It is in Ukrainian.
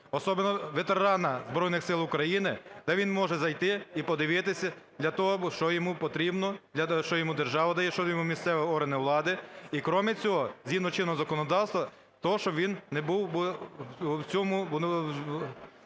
особенно ветерана Збройних Сил України, де він може зайти і подивися для того, що йому потрібно, що йому держава дає, що йому місцеві органи влади. І кроме цього, згідно чинного законодавства, те, що він не був би в цьому...